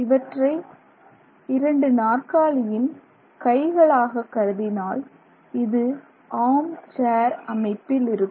இவற்றை 2 நாற்காலியின் கைகளாகவும் கருதினால் இது ஆர்ம் சேர் அமைப்பில் இருக்கும்